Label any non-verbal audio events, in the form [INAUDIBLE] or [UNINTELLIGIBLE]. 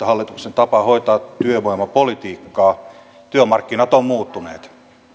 [UNINTELLIGIBLE] hallituksen tapaan hoitaa työvoimapolitiikkaa työmarkkinat ovat muuttuneet